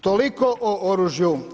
Toliko o oružju.